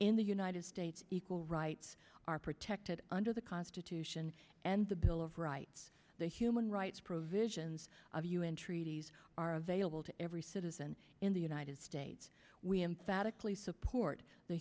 in the united states equal rights are protected under the constitution and the bill of rights the human rights provisions of un treaties are available to every citizen in the united states we emphatically support the